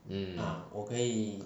mm